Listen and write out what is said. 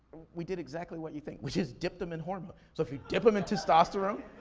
we did exactly what you think, which is dip them in hormone. so if you dip em in testosterone,